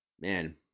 Man